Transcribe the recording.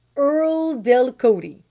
earle delcote,